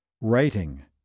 writing